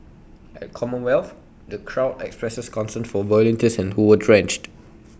at commonwealth the crowd expressed concern for volunteers who were drenched